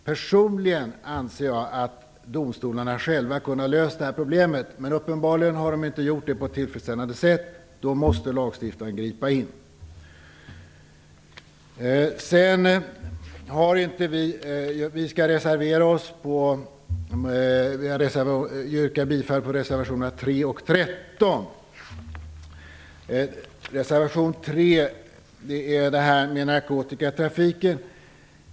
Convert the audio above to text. Personligen anser jag att domstolarna själva kunde ha löst det här problemet, men uppenbarligen har de inte gjort det på ett tillfredsställande sätt, och då måste lagstiftaren gripa in. Jag vill yrka bifall till reservationerna nr 3 och 13. Reservation 3 gäller narkotika i trafiken.